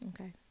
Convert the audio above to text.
okay